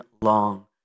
long